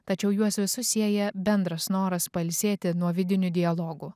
tačiau juos visus sieja bendras noras pailsėti nuo vidinių dialogų